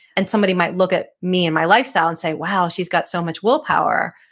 and somebody might look at me and my lifestyle and say, wow, she's got so much willpower.